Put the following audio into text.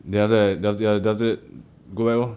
then after that then after that then after that go back lor